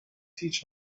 teach